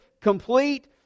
complete